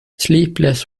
sleepless